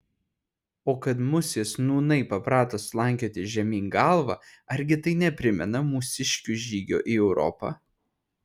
o kad musės nūnai paprato slankioti žemyn galva argi tai neprimena mūsiškių žygio į europą